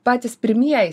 patys pirmieji